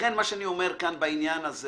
אנחנו